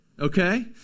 Okay